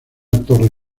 torre